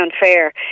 unfair